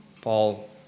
Paul